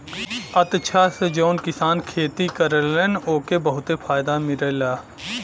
अचछा से जौन किसान खेती करलन ओके बहुते फायदा मिलला